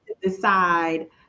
Decide